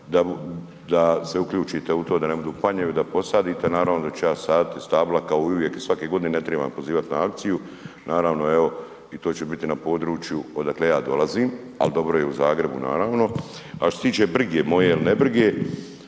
da se uključite u to, da ne budu panjevi, da posadite, naravno da ću ja saditi stabla kao i uvijek i svake godine, ne tribam pozivat na akciju, naravno evo i to će biti na području odakle ja dolazim, al dobro je i u Zagrebu naravno, a što se tiče brige moje il ne brige